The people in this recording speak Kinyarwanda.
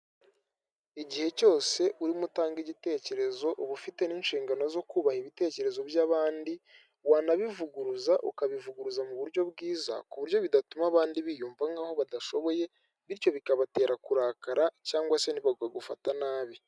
Igihe cyose urimo utanga igitekerezo uba ufite n'inshingano zo kubaha ibitekerezo by'abandi wanabivuguruza ukabivuguruza mu buryo bwiza, ku buryo bidatuma abandi biyumva nkaho badashoboye bityo bikabatera kurakara cyangwa se bakagufata nabi.